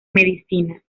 medicina